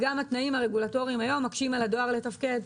התנאים הרגולטוריים היום מקשים על הדואר לתפקד.